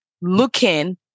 looking